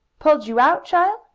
pulled you out, child?